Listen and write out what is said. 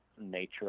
nature